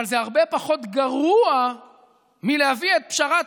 אבל זה הרבה פחות גרוע מלהביא את פשרת